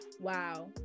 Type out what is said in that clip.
Wow